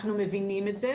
אנחנו מבינים את זה.